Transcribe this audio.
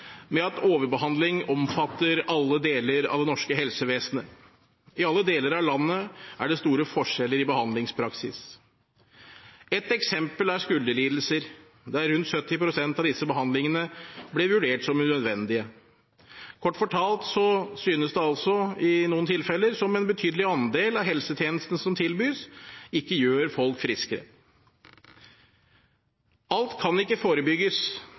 alle deler av landet er det store forskjeller i behandlingspraksis. Ett eksempel er skulderlidelser, der rundt 70 pst. av disse behandlingene blir vurdert som unødvendige. Kort fortalt synes det i noen tilfeller som at en betydelig andel av helsetjenestene som tilbys, ikke gjør folk friskere. Alt kan ikke forebygges,